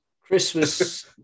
Christmas